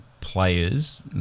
players